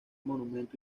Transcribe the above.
monumento